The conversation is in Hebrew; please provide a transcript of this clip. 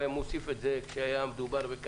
לפעמים הוא היה מוסיף את זה כשהיה מדובר בחברי